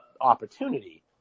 opportunity